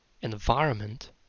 environment